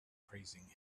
praising